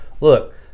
look